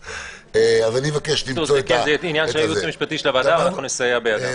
זה עניין של הייעוץ המשפטי של הוועדה ואנחנו נסייע בידם.